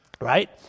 right